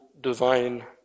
Divine